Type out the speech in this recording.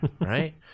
right